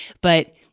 but-